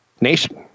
Nation